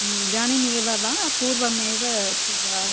इदानीमेव वा पूर्वमेव अस्ति वा